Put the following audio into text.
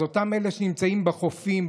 אז אותם אלה שנמצאים בחופים,